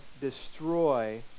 destroy